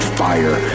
fire